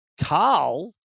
Carl